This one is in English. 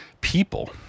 people